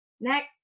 next